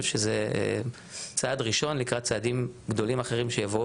שזה צעד ראשון לקראת צעדים גדולים אחרים שיבואו